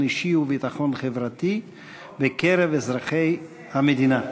ביטחון אישי וביטחון חברתי בקרב אזרחי המדינה.